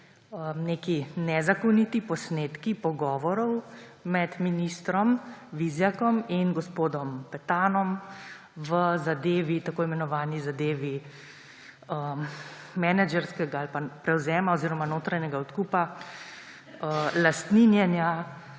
prišli nezakoniti posnetki pogovorov med ministrom Vizjakom in gospodom Petanom v tako imenovani zadevi menedžerskega prevzema oziroma notranjega odkupa lastninjenja